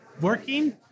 Working